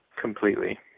Completely